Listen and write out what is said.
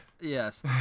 Yes